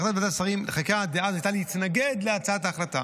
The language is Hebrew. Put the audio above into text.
והחלטת ועדת השרים לענייני חקיקה דאז הייתה להתנגד להצעת ההחלטה.